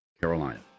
Carolina